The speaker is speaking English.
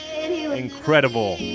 incredible